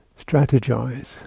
strategize